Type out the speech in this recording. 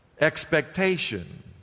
expectation